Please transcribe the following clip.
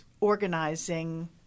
organizing